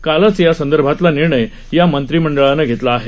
कालच या संदर्भातला निर्णय या मंत्रिमंडळानं घेतला आहे